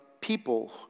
people